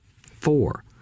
four